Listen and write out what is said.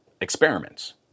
experiments